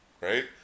right